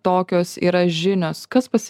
tokios yra žinios kas pas